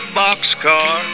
boxcar